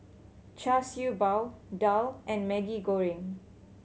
Char Siew Bao daal and Maggi Goreng